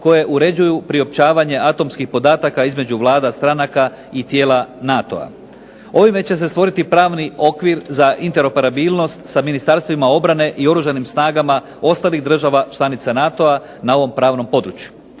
koje uređuje priopćavanje atomskih podataka između vlada stranaka i tijela NATO-a. Ovime će se stvoriti pravni okvir za interoperabilnost sa ministarstvima obrane i Oružanim snagama ostalih država članica NATO-a na ovom pravnom području.